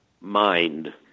mind